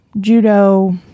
judo